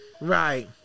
Right